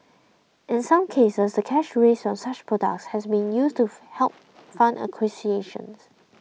in some cases the cash raised from such products has been used to help fund